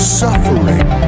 suffering